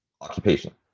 occupation